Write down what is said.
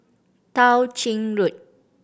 Tao Ching Road